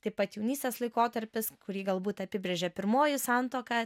taip pat jaunystės laikotarpis kurį galbūt apibrėžė pirmoji santuoka